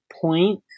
point